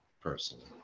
personally